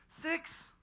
Six